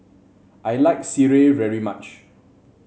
I like sireh very much